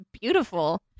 beautiful